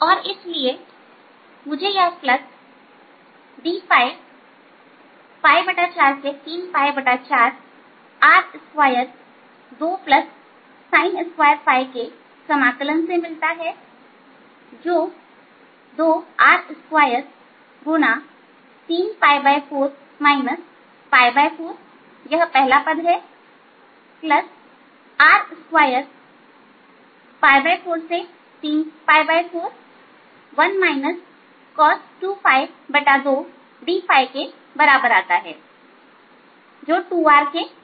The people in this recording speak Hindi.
और इसलिए मुझे यह फ्लक्स R2434 dϕ2sin2 के समाकलन से मिलता है जो 2R2× यह पहला पद हैR2434 2dϕ के बराबर आता है जो 2R के बराबर है